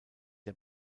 der